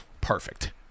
Perfect